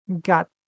got